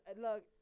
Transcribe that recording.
look